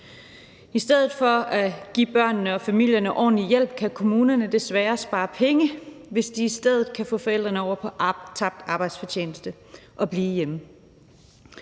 I stedet for at give børnene og familierne ordentlig hjælp kan kommunerne desværre spare penge, hvis de i stedet kan få forældrene over på ordningen med tabt arbejdsfortjeneste og til at blive hjemme.